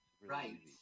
Right